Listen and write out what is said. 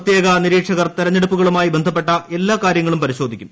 പ്രത്യേക നിരീക്ഷകർ തെരഞ്ഞെടുപ്പുകളുമായി ബന്ധപ്പെട്ട എല്ലാ കാര്യങ്ങളും പരിശോധിക്കും